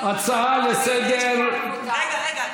רגע,